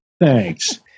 thanks